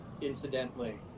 incidentally